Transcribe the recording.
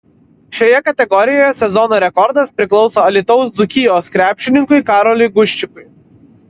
šioje kategorijoje sezono rekordas priklauso alytaus dzūkijos krepšininkui karoliui guščikui